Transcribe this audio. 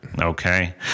okay